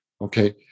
okay